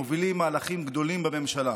מובילים מהלכים גדולים בממשלה.